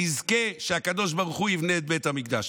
נזכה שהקדוש ברוך הוא יבנה את בית המקדש.